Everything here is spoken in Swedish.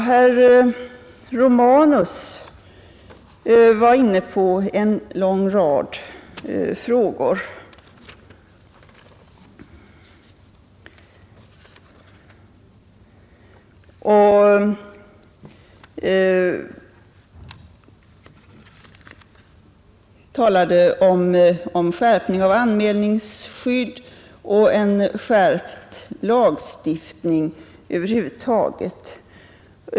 Herr Romanus var inne på en lång rad frågor. Han talade om skärpning av anmälningsskydd och en skärpt lagstiftning över huvud taget.